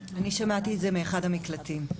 אני שמעתי את זה מאחד המקלטים.